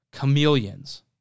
chameleons